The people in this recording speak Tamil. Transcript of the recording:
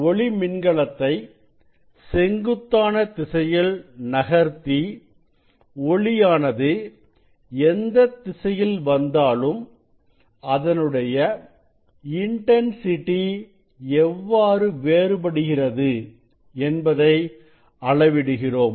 ஒளி மின்கலத்தை செங்குத்தான திசையில் நகர்த்தி ஒளியானது எந்த திசையில் வந்தாலும் அதனுடைய இன்டன்சிட்டி எவ்வாறு வேறுபடுகிறது என்பதை அளவிடுகிறோம்